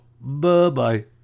Bye-bye